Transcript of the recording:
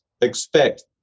expect